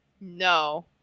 No